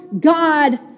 God